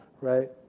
right